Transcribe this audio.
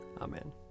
Amen